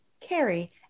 carry